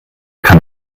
kann